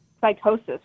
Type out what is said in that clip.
psychosis